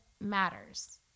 matters